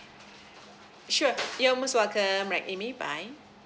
sure you're most welcome right amy bye